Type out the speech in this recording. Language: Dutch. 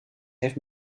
heeft